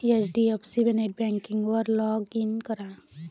HDFC नेटबँकिंगवर log in करा